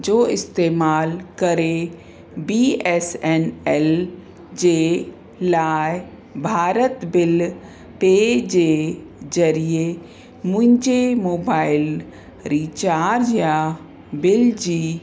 जो इस्तेमाल करे बी एस एन एल जे लाइ भारत बिल पे जे ज़रिए मुंहिंजे मोबाइल रीचार्ज या बिल जी